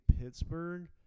Pittsburgh